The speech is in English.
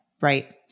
Right